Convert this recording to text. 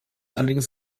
allerdings